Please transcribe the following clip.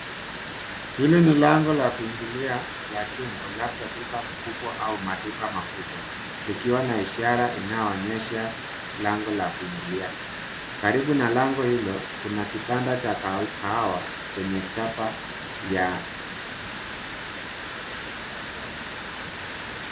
Hili ni lango la kuingilia la jengo labda duka kubwa au maduka makubwa, likiwa na ishara inayoonyesha lango la kuingilia. Karibu na lango hilo kuna kitanda cha kahawa chenye chapa ya.